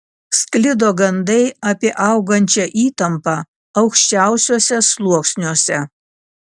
sklido gandai apie augančią įtampą aukščiausiuose sluoksniuose